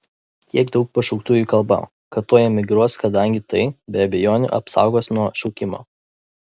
kiek daug pašauktųjų kalba kad tuoj emigruos kadangi tai be abejonių apsaugos nuo šaukimo